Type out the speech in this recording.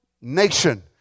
nation